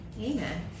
Amen